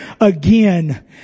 again